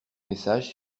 messages